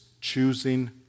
choosing